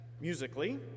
musically